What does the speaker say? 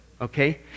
Okay